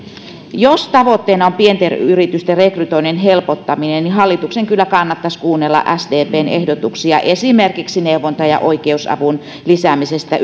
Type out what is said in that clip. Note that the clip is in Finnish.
jos tavoitteena on pienten yritysten rekrytoinnin helpottaminen niin hallituksen kyllä kannattaisi kuunnella sdpn ehdotuksia esimerkiksi neuvonta ja oikeusavun lisäämisestä